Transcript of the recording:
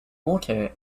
water